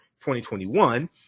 2021